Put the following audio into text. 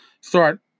start